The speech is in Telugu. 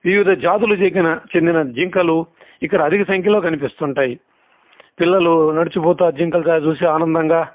వివిధ జాతులకు చెంగిన చెందిన జింకలు ఇక్కడ అధిక సంఖ్యలో కనిపిస్తుంటాయి పిల్లలు నడిచి పోతా జింకల సాగ చూసి ఆనందంగా